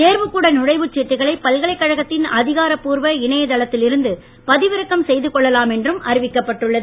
தேர்வுக் கூட நுழைவுச் சீட்டுகளை பல்கலைக் கழகத்தில் அதிகாரப்பூர்வ இணையதளத்தில் இருந்து பதிவிறக்கம் செய்து கொள்ளலாம் என்று அறிவிக்கப்பட்டுள்ளது